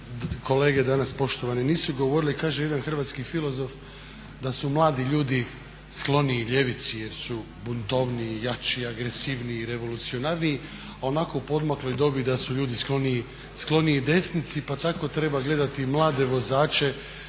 kolege danas poštovani nisu govorili. Kaže jedan hrvatski filozof da su mladi ljudi skloniji ljevici jer su buntovniji, jači, agresivniji, revolucionarniji, a onako u poodmakloj dobi da su ljudi skloniji desnici pa tako treba gledati i mlade vozače